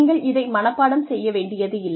நீங்கள் இதை மனப்பாடம் செய்ய வேண்டியதில்லை